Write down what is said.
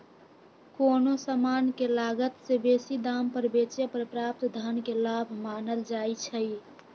कोनो समान के लागत से बेशी दाम पर बेचे पर प्राप्त धन के लाभ मानल जाइ छइ